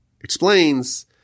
explains